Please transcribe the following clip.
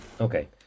Okay